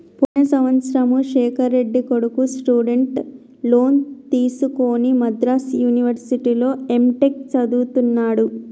పోయిన సంవత్సరము శేఖర్ రెడ్డి కొడుకు స్టూడెంట్ లోన్ తీసుకుని మద్రాసు యూనివర్సిటీలో ఎంటెక్ చదువుతున్నడు